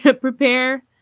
prepare